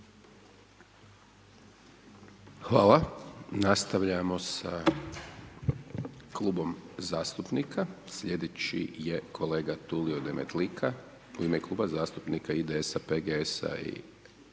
(SDP)** Nastavljamo sa Klubom zastupnika. Sljedeći je kolega Tulio Demetlika, u ime Kluba zastupnika IDS-a, PGS-a i